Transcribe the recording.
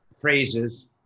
phrases